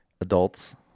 adults